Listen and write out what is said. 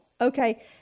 Okay